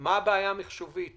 מה הבעיה המחשובית בכך?